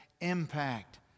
impact